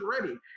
ready